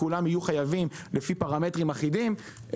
וכולם יהיו חייבים לפי פרמטרים אחידים,